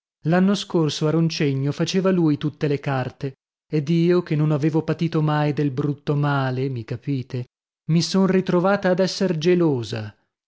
l'anno scorso a roncegno faceva lui tutte le carte ed io che non avevo patito mai del brutto male mi capite mi son ritrovata ad esser gelosa